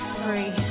free